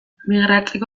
migratzeko